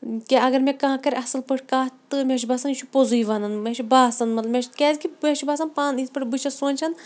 کہِ اگر مےٚ کانٛہہ کَرِ اَصٕل پٲٹھۍ کَتھ تہٕ مےٚ چھُ باسان یہِ چھُ پوٚزُے وَنان مےٚ چھِ باسان مطلب مےٚ چھِ کیٛازِکہِ مےٚ چھُ باسان پانہٕ یِتھ پٲٹھۍ بہٕ چھَس سونٛچان